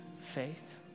faith